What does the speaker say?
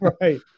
Right